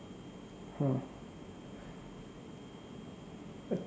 !huh!